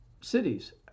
cities